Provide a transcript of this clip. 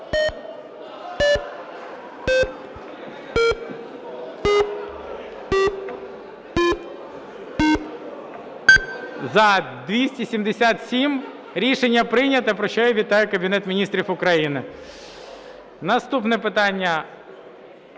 За-277 Рішення прийнято. Про що я вітаю Кабінет Міністрі України. Наступне питання.